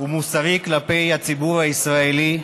הוא מוסרי כלפי הציבור הישראלי,